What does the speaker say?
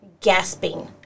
gasping